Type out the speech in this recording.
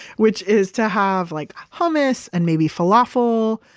which is to have like hummus and maybe falafel.